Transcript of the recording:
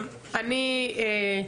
טוב,